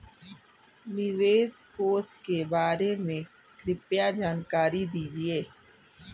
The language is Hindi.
निवेश कोष के बारे में कृपया जानकारी दीजिए